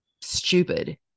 stupid